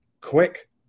quick